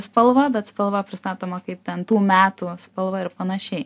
spalva bet spalva pristatoma kaip ten tų metų spalva ir panašiai